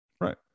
right